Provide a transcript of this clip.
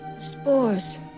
Spores